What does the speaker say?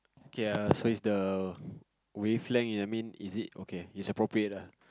okay err so is the wavelength I mean is it okay its appropriate ah